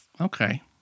Okay